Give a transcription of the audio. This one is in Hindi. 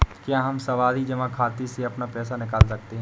क्या हम सावधि जमा खाते से अपना पैसा निकाल सकते हैं?